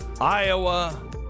Iowa